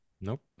Nope